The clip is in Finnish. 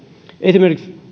esimerkiksi